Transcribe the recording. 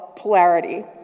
polarity